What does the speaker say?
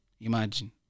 Imagine